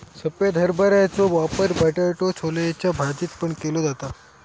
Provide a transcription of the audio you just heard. सफेद हरभऱ्याचो वापर बटाटो छोलेच्या भाजीत पण केलो जाता